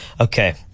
Okay